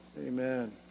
Amen